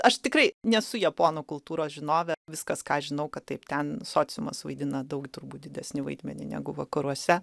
aš tikrai nesu japonų kultūros žinovė viskas ką žinau kad taip ten sociumas vaidina daug turbūt didesnį vaidmenį negu vakaruose